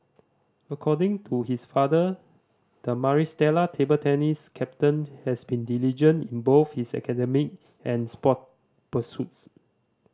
according to his father the Maris Stella table tennis captain has been diligent in both his academic and sport pursuits